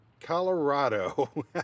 Colorado